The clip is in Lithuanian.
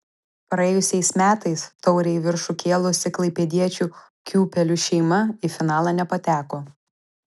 praėjusiais metais taurę į viršų kėlusi klaipėdiečių kiūpelių šeima į finalą nepateko